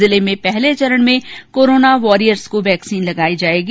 जिले में पहले चरण में कोराना वॉरियर्स को वैक्सीन लगाई जाएगी